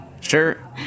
Sure